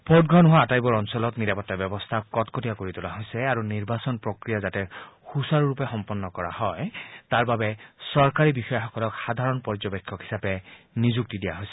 ভোটগ্ৰহণ হোৱা আটাইবোৰ অঞ্চলত নিৰাপত্তা ব্যৱস্থা কটকটীয়া কৰি তোলা হৈছে আৰু নিৰ্বাচন প্ৰক্ৰিয়া সুচাৰুৰূপে সম্পন্ন কৰাৰ বাবে চৰকাৰী বিষয়াসকলক সাধাৰণ পৰ্যবেক্ষক হিচাপে নিযুক্তি দিয়া হৈছে